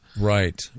Right